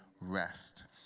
rest